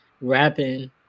rapping